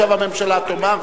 עכשיו הממשלה תאמר,